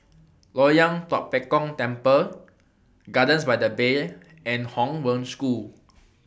Loyang Tua Pek Kong Temple Gardens By The Bay and Hong Wen School